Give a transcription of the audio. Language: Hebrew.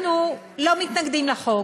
אנחנו לא מתנגדים לחוק.